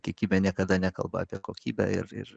kiekybė niekada nekalba apie kokybę ir ir